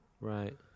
Right